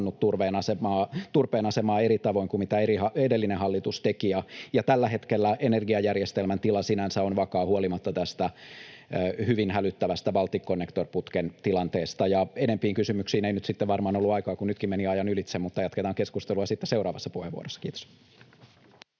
turpeen asemaa eri tavoin kuin mitä edellinen hallitus teki. Tällä hetkellä energiajärjestelmän tila sinänsä on vakaa huolimatta tästä hyvin hälyttävästä Balticconnector-putken tilanteesta. Enempiin kysymyksiin ei nyt sitten varmaan ollut aikaa, kun nytkin meni ajan ylitse, mutta jatketaan keskustelua sitten seuraavassa puheenvuorossa. — Kiitos.